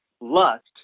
lust